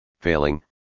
failing